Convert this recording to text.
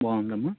బాగుంది అమ్మా